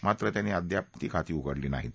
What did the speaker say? मात्र त्यांनी अद्याप ती उघडली नाहीत